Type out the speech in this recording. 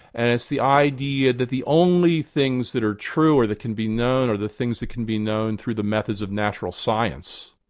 and it's the idea that the only things that are true or that can be known are the things that can be known through the methods of natural science.